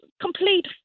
complete